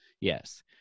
Yes